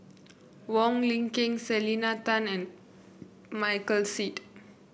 Wong Lin Ken Selena Tan and Michael Seet